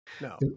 No